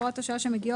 הוראות השעה שמגיעות,